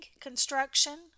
construction